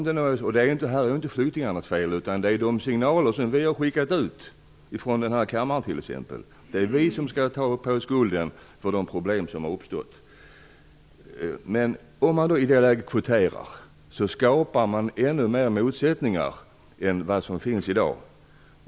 Detta är inte flyktingarnas fel, utan det beror på de signaler som vi har skickat ut här ifrån kammaren t.ex. Det är vi som skall ta på oss skulden för de problem som har uppstått. Om man kvoterar i det här läget skapar man ännu fler motsättningar än vad som finns i dag.